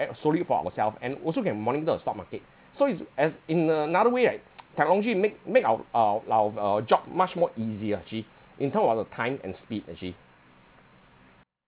solely for ourselves and also can monitor a stock market so it's as in another way like technology made made our our our our job much more easier actually in terms of the time and speed actually